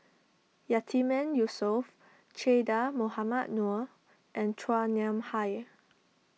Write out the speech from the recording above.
Yatiman Yusof Che Dah Mohamed Noor and Chua Nam Hai